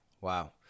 Wow